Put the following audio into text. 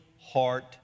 heart